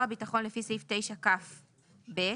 לפי סעיף 9כ(ב)